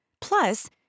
Plus